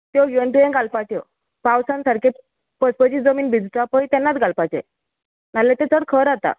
त्यो घेवन तुंयेन घालपाच्यो पावसान सारकें पचपचीत जमीन भिजता पय तेन्नात घालपाचें नाल्या तें चड खर आता